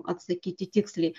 atsakyti tiksliai